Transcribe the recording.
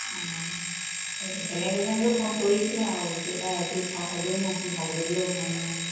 অঁ এই বেলেগ এজনলৈ ফোন কৰিছিলে আৰু একো এটা একো খা খবৰেই নাই ভাল কৰিবলৈয়ো অহা নাই